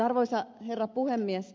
arvoisa herra puhemies